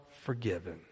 forgiven